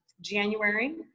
January